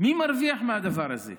מי מרוויח מהדבר הזה?